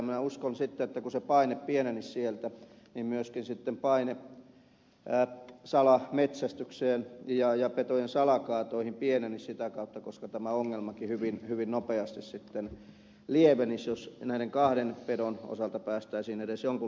minä uskon että sitten kun se paine pienenisi sieltä niin myöskin sitten paine salametsästykseen ja petojen salakaatoihin pienenisi sitä kautta koska tämä ongelmakin hyvin nopeasti sitten lievenisi jos näiden kahden pedon osalta päästäisiin edes jonkunlaiseen ratkaisuun